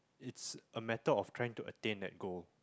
it's a matter of trying to attain that goal